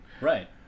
right